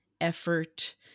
effort